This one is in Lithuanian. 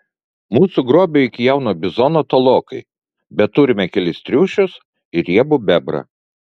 mūsų grobiui iki jauno bizono tolokai bet turime kelis triušius ir riebų bebrą